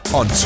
on